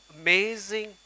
amazing